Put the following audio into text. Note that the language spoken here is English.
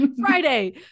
Friday